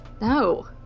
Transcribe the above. No